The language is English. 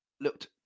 looked